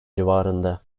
civarında